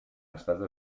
estat